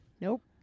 Nope